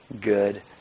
good